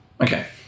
Okay